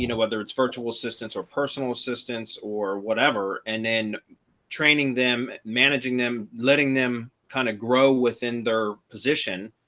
you know whether it's virtual assistants or personal assistants or whatever, and then training them, managing them, letting them kind of grow within within their position.